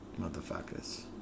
motherfuckers